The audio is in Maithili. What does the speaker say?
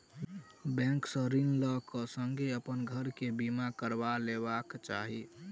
बैंक से ऋण लै क संगै अपन घर के बीमा करबा लेबाक चाही